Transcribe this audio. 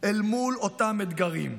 מול אותם אתגרים.